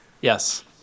Yes